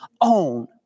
own